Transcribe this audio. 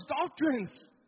doctrines